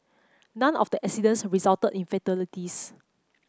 none of the accidents resulted in fatalities